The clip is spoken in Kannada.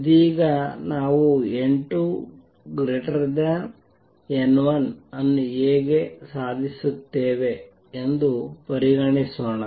ಇದೀಗ ನಾವು n2 n1 ಅನ್ನು ಹೇಗೆ ಸಾಧಿಸುತ್ತೇವೆ ಎಂದು ಪರಿಗಣಿಸೋಣ